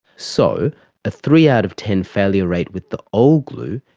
so a three out of ten failure rate with the old glue,